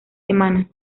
semana